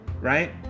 right